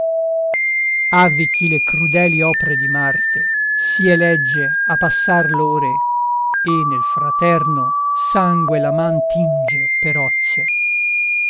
havvi chi le crudeli opre di marte si elegge a passar l'ore e nel fraterno sangue la man tinge per ozio